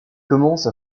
commence